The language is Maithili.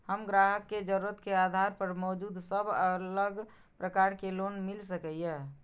हम ग्राहक के जरुरत के आधार पर मौजूद सब अलग प्रकार के लोन मिल सकये?